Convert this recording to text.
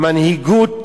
המנהיגות